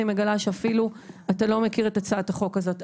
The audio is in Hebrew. מגלה שאתה אפילו לא מכיר את הצעת החוק הזו.